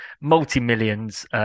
multi-millions